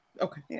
Okay